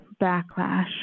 backlash